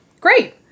Great